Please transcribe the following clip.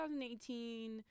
2018